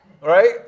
right